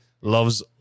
loves